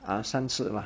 ah 三次 lah